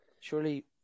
Surely